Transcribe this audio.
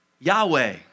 Yahweh